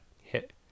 hit